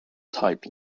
type